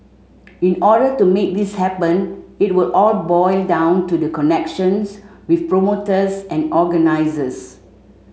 in order to make this happen it will all boil down to the connections with promoters and organisers